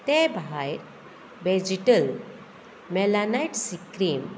ते भायर वेजीटल मेलानायट सी क्रीम